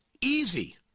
Easy